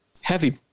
heavy